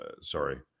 Sorry